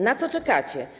Na co czekacie?